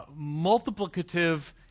multiplicative